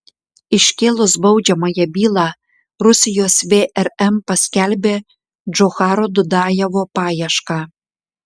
iškėlus baudžiamąją bylą rusijos vrm paskelbė džocharo dudajevo paiešką